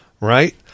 right